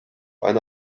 eine